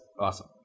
Awesome